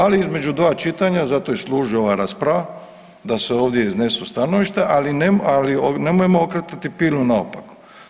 Ali između 2 čitanja zato i služi ova rasprava da se ovdje iznesu stanovišta, ali nemojmo okretati pilu naopako.